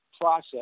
process